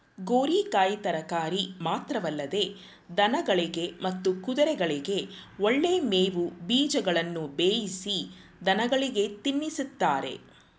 ಗೋರಿಕಾಯಿ ತರಕಾರಿ ಮಾತ್ರವಲ್ಲದೆ ದನಗಳಿಗೆ ಮತ್ತು ಕುದುರೆಗಳಿಗೆ ಒಳ್ಳೆ ಮೇವು ಬೀಜಗಳನ್ನು ಬೇಯಿಸಿ ದನಗಳಿಗೆ ತಿನ್ನಿಸ್ತಾರೆ